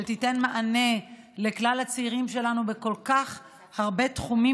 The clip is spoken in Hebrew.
שתיתן מענה לכלל הצעירים שלנו בכל כך הרבה תחומים